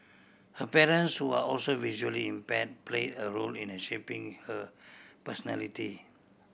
her parents who are also visually impaired play a role in shaping her personality